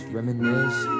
Reminisce